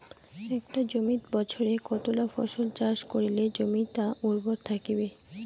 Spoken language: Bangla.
একটা জমিত বছরে কতলা ফসল চাষ করিলে জমিটা উর্বর থাকিবে?